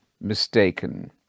mistaken